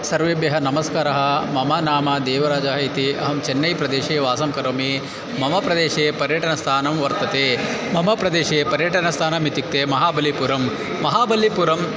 सर्वेभ्यः नमस्कारः मम नाम देवराजः इति अहं चेन्नै प्रदेशे वासं करोमि मम प्रदेशे पर्यटनस्थानं वर्तते मम प्रदेशे पर्यटनस्थानम् इत्युक्ते महाबलिपुरं महाबलिपुरम्